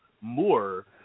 more